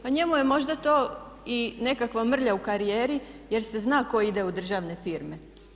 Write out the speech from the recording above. Pa njemu je možda to i nekakva mrlja u karijeri jer se zna tko ide u državne firme.